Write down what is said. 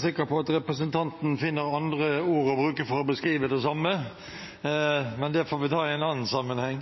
sikker på at representanten finner andre ord å bruke for å beskrive det samme, men det får vi ta i en annen sammenheng.